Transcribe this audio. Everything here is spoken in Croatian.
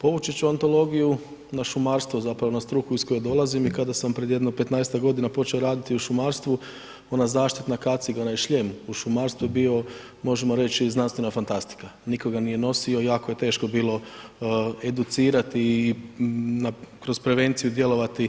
Povući ću antologiju na šumarstvo zapravo, na struku iz koje dolazim i kada sam pred jedno 15-tak godina počeo raditi u šumarstvu, ona zaštitna kaciga, onaj šljem u šumarstvu je bio, možemo reći znanstvena fantastika, nitko ga nije nosio, jako je teško bilo educirati i kroz prevenciju djelovati